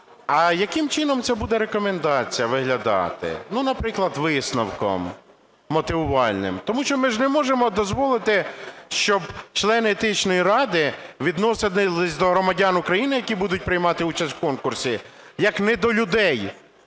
А яким чином ця буде рекомендація виглядати? Ну, наприклад, висновком мотивувальним. Тому що ми ж не можемо дозволити, щоб члени Етичної ради відносились до громадян України, які будуть приймати участь у конкурсі, як не до людей,